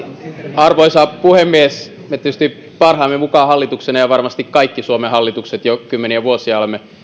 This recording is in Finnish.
arvoisa puhemies me tietysti parhaamme mukaan hallituksena ja varmasti kaikki suomen hallitukset jo kymmenien vuosien ajan